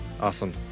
Awesome